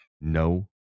No